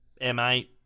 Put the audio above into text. M8